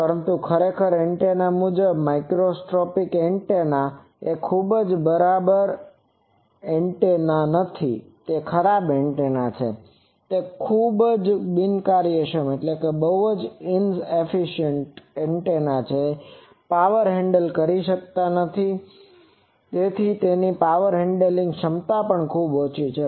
પરંતુ ખરેખર એન્ટેના મુજબ માઇક્રોસ્ટ્રિપ એન્ટેના એ ખૂબ જ ખરાબ એન્ટેના છે તે ખૂબ જ બિનકાર્યક્ષમ એન્ટેના છે અને તે પાવરને હેન્ડલ કરી શકતી નથી તેથી તેની પાવર હેન્ડલિંગ ક્ષમતા ખૂબ ઓછી છે